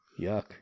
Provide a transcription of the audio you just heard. yuck